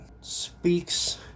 speaks